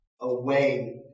away